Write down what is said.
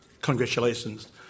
congratulations